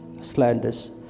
slanders